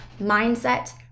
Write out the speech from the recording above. mindset